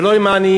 ולא עם העניים.